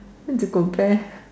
and to compare